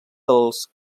dels